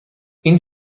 این